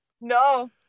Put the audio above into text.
No